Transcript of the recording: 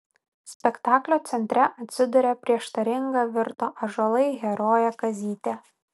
spektaklio centre atsiduria prieštaringa virto ąžuolai herojė kazytė